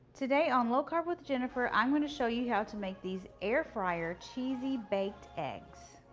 today on low carb with jennifer, i'm going to show you how to make these air fryer cheesy baked eggs.